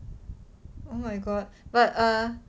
oh my god but err